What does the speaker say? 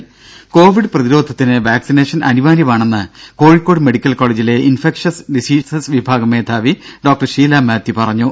ദര കോവിഡ് പ്രതിരോധത്തിന് വാക്സിനേഷൻ അനിവാര്യമാണെന്ന് കോഴിക്കോട് മെഡിക്കൽ കോളജിലെ ഇൻഫക്ഷസ് ഡിസീസസ് വിഭാഗം മേധാവി ഡോക്ടർ ഷീല മാത്യു പറഞ്ഞു